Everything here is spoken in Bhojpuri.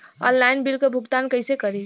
ऑनलाइन बिल क भुगतान कईसे करी?